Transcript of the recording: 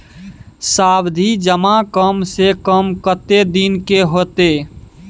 सावधि जमा कम से कम कत्ते दिन के हते?